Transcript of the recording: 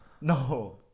No